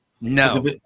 no